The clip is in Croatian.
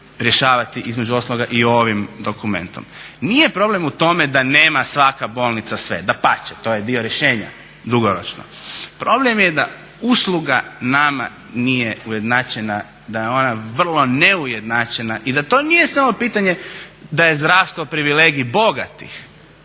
rješavati između ostaloga i ovim dokumentom. Nije problem u tome da nema svaka bolnica sve, dapače to je dio rješenja dugoročno. Problem je da usluga nama nije ujednačena, da je ona vrlo neujednačena i da to nije samo pitanje da je zrastao privilegij bogatih,